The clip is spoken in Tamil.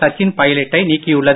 சச்சின் பைலட்டை நீக்கியுள்ளது